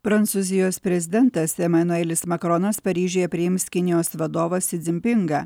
prancūzijos prezidentas emanuelis makronas paryžiuje priims kinijos vadovą si dzimpingą